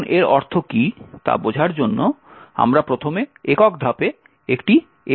এখন এর অর্থ কী তা বোঝার জন্য আমরা প্রথমে একক ধাপে একটি একক নির্দেশ কার্যকর করব